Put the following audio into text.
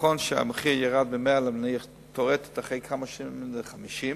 שהמחיר ירד, תיאורטית, אחרי כמה שנים ל-50,